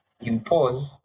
impose